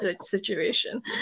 situation